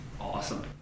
Awesome